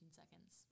seconds